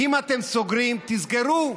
אם אתם סוגרים, תסגרו,